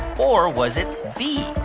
or was it b,